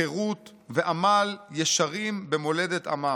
חירות ועמל ישרים במולדת עמם.